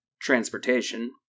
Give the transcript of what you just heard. transportation